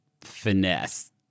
finesse